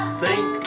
sink